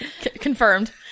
Confirmed